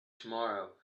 tomorrow